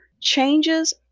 changes